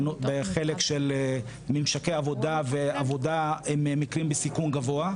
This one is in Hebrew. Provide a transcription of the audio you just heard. בחלק של ממשקי עבודה ועבודה עם מקרים בסיכון גבוה.